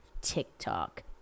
TikTok